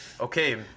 Okay